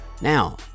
Now